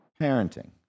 Parenting